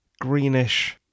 greenish